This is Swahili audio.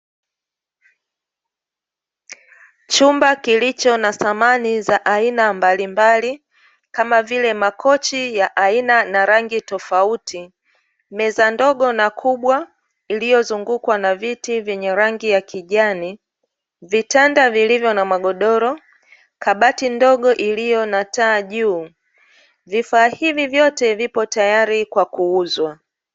Chumba kilicho na samani za aina mbalimbali, kama vile makochi ya aina na rangi tofauti, meza ndogo na kubwa iliyozungukwa na viti vyenye rangi ya kijani, vitanda vilivyo na magodoro, kabati ndogo iliyo na taa juu, vifaa hivi vyote vipo tayari kwa kuuzwa.